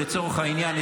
לצורך העניין,